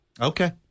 Okay